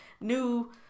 new